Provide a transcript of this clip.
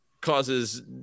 causes